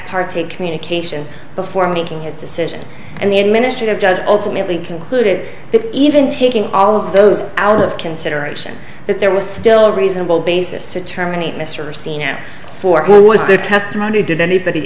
parte communications before making his decision and the administrative judge ultimately concluded that even taking all of those out of consideration that there was still a reasonable basis to terminate mr c n n for going with their testimony did anybody